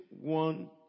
one